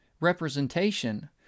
representation